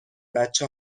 بچه